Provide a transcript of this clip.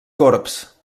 corbs